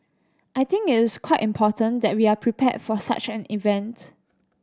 I think it's quite important that we are prepared for such an event